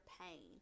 pain